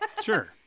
Sure